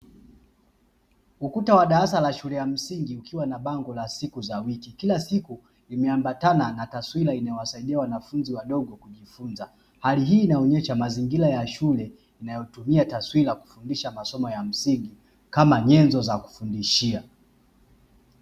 Ukuta wa darasa la shule ya msingi ukiwa na bango la siku za wiki, kila siku imeambatana na taswira inayowasaidia wanafunzi wadogo kujifunza, hali hii inaonyesha mazingira ya shule inayotumia taswira kufundisha masomo ya msingi kama nyenzo za kufundishia.